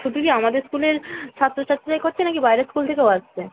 শুধু কি আমাদের স্কুলের ছাত্র ছাত্রীরাই করছে নাকি বাইরের স্কুল থেকেও আসবে